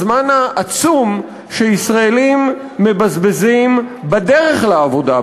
את הזמן העצום שישראלים מבזבזים בדרך לעבודה,